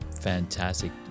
Fantastic